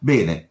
Bene